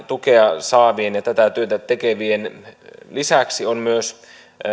tukea saavien tätä työtä tekevien lisäksi on myös